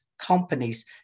Companies